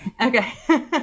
Okay